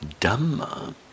Dhamma